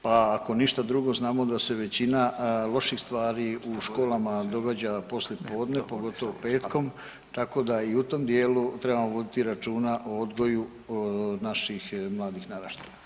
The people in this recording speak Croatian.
Pa ako ništa drugo znamo da se većina loših stvari u školama događa poslije podne pogotovo petkom tako da i u tom dijelu trebamo voditi računa o odgoju naših mladih narašaja.